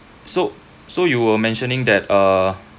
so so you were mentioning that uh